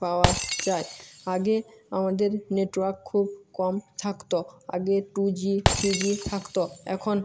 পাওয়া যায় আগে আমাদের নেটওয়ার্ক খুব কম থাকতো আগে টু জি থ্রি জি থাকতো এখন